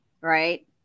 right